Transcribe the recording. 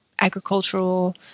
agricultural